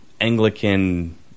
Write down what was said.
Anglican